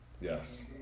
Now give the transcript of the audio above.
Yes